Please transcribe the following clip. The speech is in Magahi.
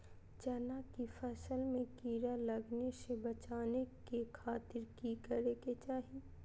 चना की फसल में कीड़ा लगने से बचाने के खातिर की करे के चाही?